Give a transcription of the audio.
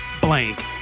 blank